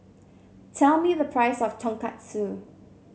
tell me the price of Tonkatsu